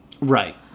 Right